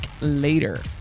later